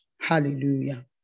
hallelujah